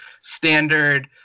standard